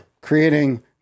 creating